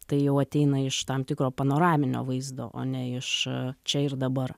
tai jau ateina iš tam tikro panoraminio vaizdo o ne iš čia ir dabar